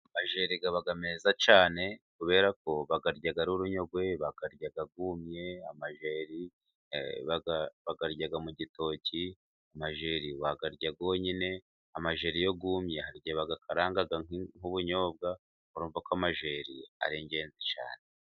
Amajeri aba meza cyane kubera ko bayarya ari urunyogwe, bakayarya yumye, amajeri bakagarya mu gitoki. Amajeri wayarya yonyine, amajeri iyo yumye barayakaranga nk'ubunyobwa urumva ko amajeri aringenzi.